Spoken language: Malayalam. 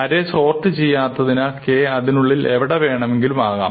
അറേ സോർട്ട് ചെയ്യാത്തതിനാൽ k അതിനുള്ളിൽ എവിടെ വേണമെങ്കിലും ആകാം